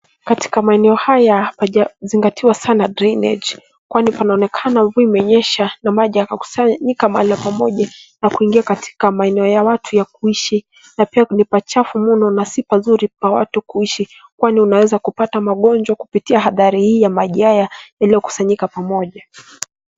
Katika maeneo haya hapazingatiwa sana drainage , kwani panaonekana mvua imenyesha na maji yakakusanyika mahala pamoja na kuingia katika maeneo ya watu kuishi. Na pia ni pachafu mno, na si pazuri pa watu kuishi, kwani unaweza kupata magonjwa kupitia athari hii ya maji haya yaliyokusanyika pamoja.